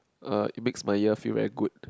er it makes my ear feel very good